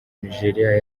nigeria